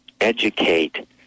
educate